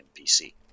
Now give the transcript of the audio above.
NPC